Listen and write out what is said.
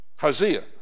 Hosea